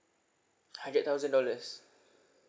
hundred thousand dollars